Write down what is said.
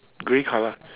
grey colour